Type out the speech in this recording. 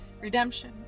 redemption